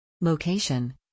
Location